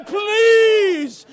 please